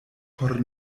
por